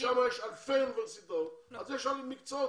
שם יש אלפי אוניברסיטאות ולכן יש יותר מקצועות.